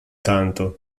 tanto